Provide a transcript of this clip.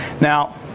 Now